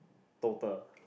total